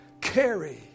carry